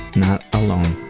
not alone